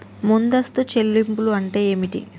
ముందస్తు చెల్లింపులు అంటే ఏమిటి?